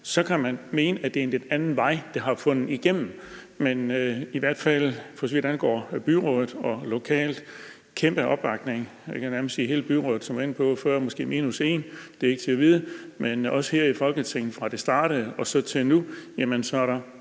Så kan man mene, at det er en lidt anden vej, det har fundet igennem. Men i hvert fald, for så vidt angår byrådet og lokalt, er der kæmpe opbakning – jeg kan nærmest sige, at det var hele byrådet, som jeg var inde på før, måske minus en, det er ikke til at vide – men også her i Folketinget, fra det startede og til nu, har der